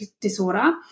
disorder